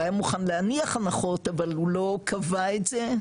הוא היה מוכן להניח הנחות, אבל הוא לא קבע את זה,